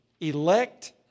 Elect